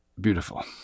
beautiful